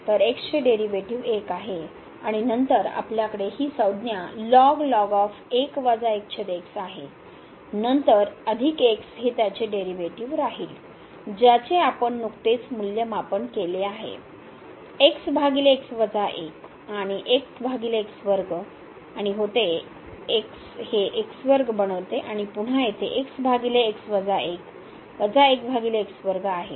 तर x चे derivative 1 आहे आणि नंतर आपल्याकडे ही संज्ञा आहे नंतर अधिक x हे त्याचे डेरीवेटीव राहील ज्याचे आपण नुकतेच मूल्यमापन केले आहे आणि आणि होते आणि x हे बनवते आणि पुन्हा येथे आहे